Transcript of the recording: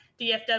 DFW